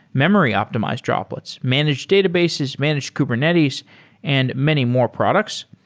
memory optimized droplets, managed databases, managed kubernetes and many more products.